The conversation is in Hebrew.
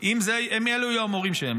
אם אלו יהיו המורים שלהם?